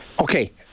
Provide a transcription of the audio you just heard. okay